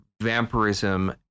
vampirism